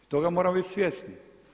I toga moramo biti svjesni.